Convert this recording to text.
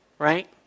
right